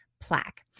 plaque